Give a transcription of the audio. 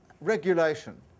regulation